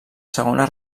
segona